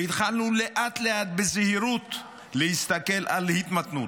ולאט-לאט, בזהירות, התחלנו להסתכל על התמתנות.